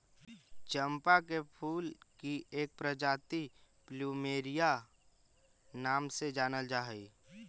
चंपा के फूल की एक प्रजाति प्लूमेरिया नाम से जानल जा हई